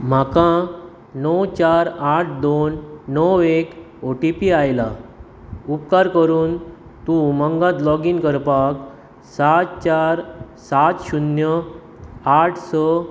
म्हाका णव चार आठ दोन णव एक ओ टी पी आयलां उपकार करून तूं उमंगात लॉग इन करपाक सात चार सात शुन्य आठ स